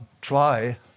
try